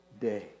day